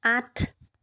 আঠ